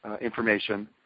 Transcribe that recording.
information